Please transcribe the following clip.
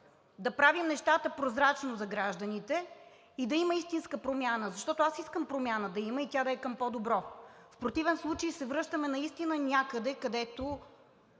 да правим нещата прозрачно за гражданите и да има истинска промяна. Защото аз искам да има промяна и тя да е към по-добро. В противен случай се връщаме наистина някъде, където